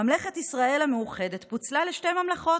ממלכת ישראל המאוחדת פוצלה לשתי ממלכות,